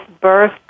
birth